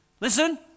Listen